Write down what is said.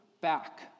back